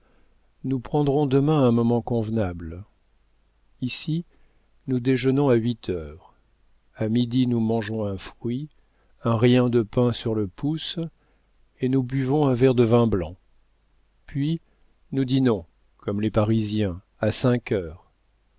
nous prendrons demain un moment convenable ici nous déjeunons à huit heures a midi nous mangeons un fruit un rien de pain sur le pouce et nous buvons un verre de vin blanc puis nous dînons comme les parisiens à cinq heures